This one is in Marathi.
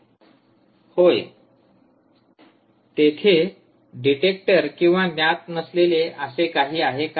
विद्यार्थी होय तेथे डिटेक्टर किंवा ज्ञात नसलेले असे काही आहे का